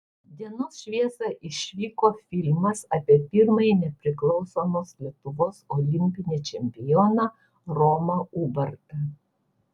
dienos šviesą išvyko filmas apie pirmąjį nepriklausomos lietuvos olimpinį čempioną romą ubartą